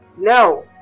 No